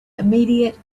immediate